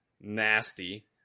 nasty